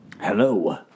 Hello